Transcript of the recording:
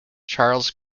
charles